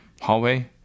hallway